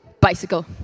Bicycle